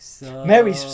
Mary